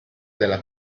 della